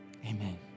Amen